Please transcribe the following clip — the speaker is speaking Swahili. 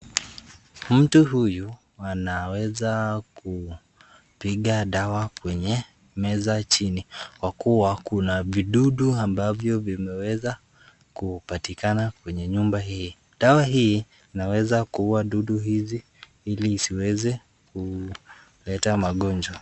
Mtu huyu anaweza kupiga dawa kwenye meza chini kwa kuwa kuna vidudu ambavyo vimeweza kupatikana kwenye nyumba hii, dawa hii inaweza kuua dudu hivi ili isiweze kuleta magonjwa.